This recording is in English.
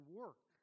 work